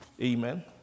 Amen